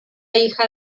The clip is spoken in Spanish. hija